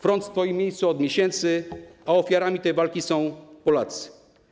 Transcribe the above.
Front stoi w miejscu od miesięcy, a ofiarami tej walki są Polacy.